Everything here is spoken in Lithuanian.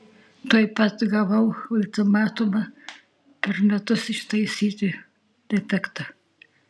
tuoj pat gavau ultimatumą per metus ištaisyti defektą